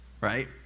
right